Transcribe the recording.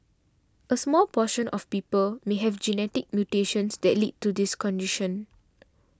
a small portion of people may have genetic mutations that lead to this condition